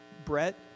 Brett